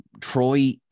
Troy